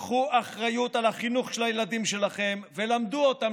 קחו אחריות על החינוך של הילדים שלכם ולמדו אותם